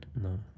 No